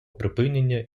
припинення